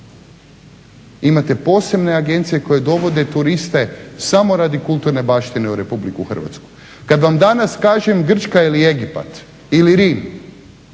Imate posebne agencije koje dovode turiste samo radi kulturne baštine u Republiku Hrvatsku. Kad vam danas kažem Grčka ili Egipat ili Rim